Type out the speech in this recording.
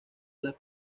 las